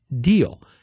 deal